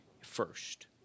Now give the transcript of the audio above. first